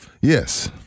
Yes